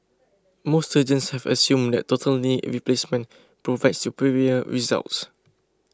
most surgeons have assumed that total knee replacement provides superior results